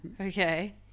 Okay